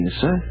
sir